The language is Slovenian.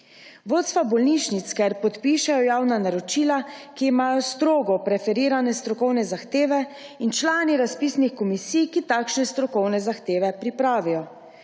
Vodstva bolnišnic, ker podpišejo javna naročila, ki imajo strogo preferirane strokovne zahteve, in člani razpisnih komisij, ki takšne strokovne zahteve pripravijo.